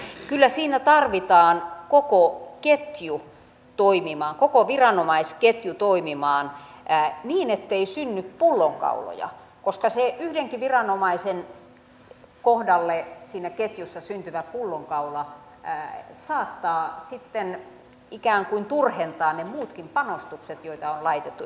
kyllä siinä tarvitaan koko viranomaisketju toimimaan niin ettei synny pullonkauloja koska se yhdenkin viranomaisen kohdalle siinä ketjussa syntyvä pullonkaula saattaa sitten ikään kuin turhentaa ne muutkin panostukset joita on laitettu